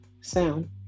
sound